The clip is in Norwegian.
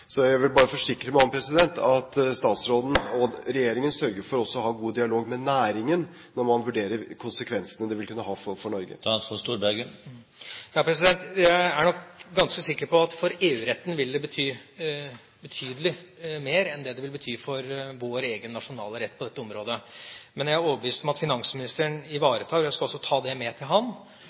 Så jeg vil bare forsikre meg om at statsråden og regjeringen også sørger for å ha god dialog med næringen når man vurderer konsekvensene det vil kunne ha for Norge. Jeg er nok ganske sikker på at for EU-retten vil det bety betydelig mer enn det vil bety for vår egen nasjonale rett på dette området. Men jeg er overbevist om at finansministeren – og jeg skal også ta det med til